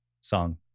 song